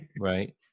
right